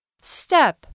Step